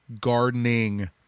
gardening